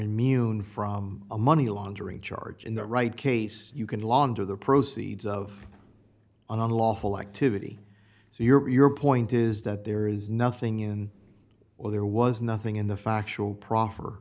immune from a money laundering charge in the right case you can launder the proceeds of an unlawful activity so your point is that there is nothing in or there was nothing in the factual pro